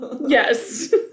yes